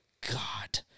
God